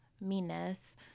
meanness